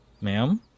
ma'am